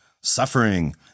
suffering